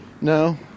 No